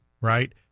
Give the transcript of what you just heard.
right